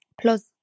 Plus